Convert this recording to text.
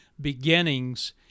beginnings